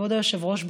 כבוד היושב-ראש,